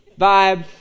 vibe